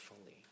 fully